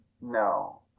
No